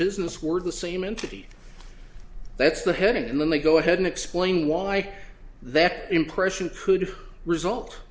business were the same entity that's the heading and then they go ahead and explain why that impression could result